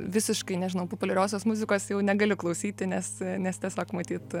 visiškai nežinau populiariosios muzikos jau negaliu klausyti nes nes tiesiog matyt